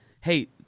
hey